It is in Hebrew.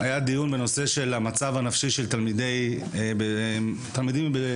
שעסק בנושא המצב הנפשי של תלמידים במדינת